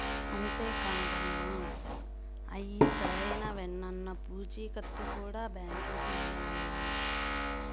అంతే కాదమ్మ, అయ్యి సరైనవేనన్న పూచీకత్తు కూడా బాంకీకి ఇయ్యాల్ల